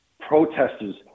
protesters